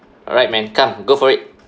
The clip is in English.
alright man come go for it